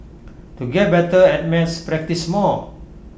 to get better at maths practise more